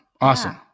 Awesome